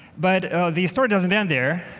but the story doesn't end there.